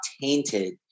tainted